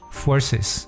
forces